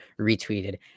retweeted